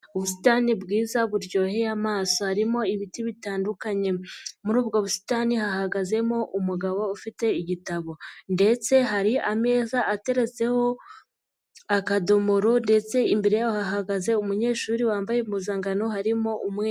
Ubusitani bwiza buryoheye amaso harimo ibiti bitandukanye, muri ubwo busitani hahagazemo umugabo ufite igitabo ndetse hari ameza ateretseho akadomoro ndetse imbere hahagaze umunyeshuri wambaye impuzangano harimo umwe...